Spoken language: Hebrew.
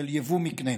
של יבוא מקנה.